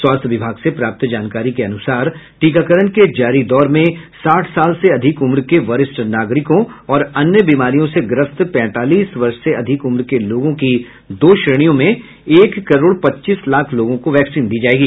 स्वास्थ्य विभाग से प्राप्त जानकारी के अनुसार टीकाकरण के जारी दौर में साठ साल से अधिक उम्र के वरिष्ठ नागरिकों और अन्य बीमारियों से ग्रस्त पैंतालीस वर्ष से अधिक उम्र के लोगों की दो श्रेणियों में एक करोड़ पच्चीस लाख लोगों को वैक्सीन दी जाएगी